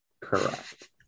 Correct